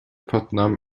putnam